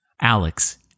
Alex